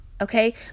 okay